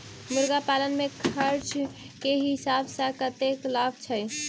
मुर्गी पालन मे खर्च केँ हिसाब सऽ कतेक लाभ छैय?